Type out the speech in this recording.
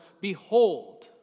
Behold